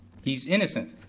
he's innocent.